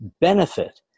benefit